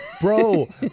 bro